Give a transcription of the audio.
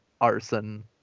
arson